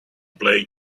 playing